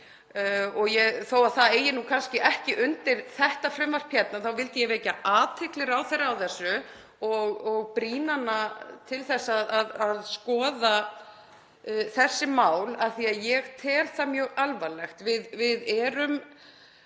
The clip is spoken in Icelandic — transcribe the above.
Þótt það eigi nú kannski ekki heima undir þessu frumvarpi hérna þá vildi ég vekja athygli ráðherra á þessu og brýna hana til þess að skoða þessi mál af því að ég tel þetta mjög alvarlegt. Við á